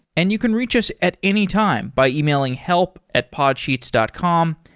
and you can reach us at any time by emailing help at podsheets dot com.